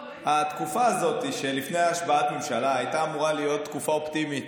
התקופה הזאת של לפני השבעת ממשלה הייתה אמורה להיות תקופה אופטימית,